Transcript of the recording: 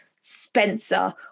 Spencer